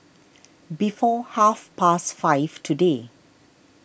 before half past five today